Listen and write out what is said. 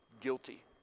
Guilty